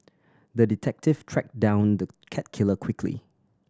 the detective tracked down the cat killer quickly